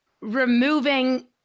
removing